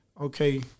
okay